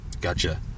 Gotcha